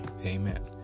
Amen